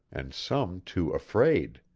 and some too afraid!